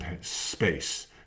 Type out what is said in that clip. space